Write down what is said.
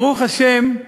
ברוך השם,